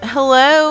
Hello